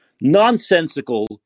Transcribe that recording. nonsensical